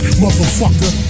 motherfucker